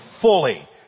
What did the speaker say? fully